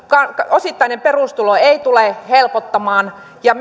osittainen perustulo ei tule helpottamaan ja